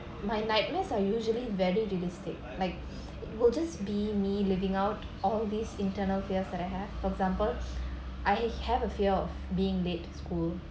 my nightmares are usually very realistic like we'll just be me living out all these internal fears that I have for examples I have a fear of being late to school